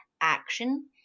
action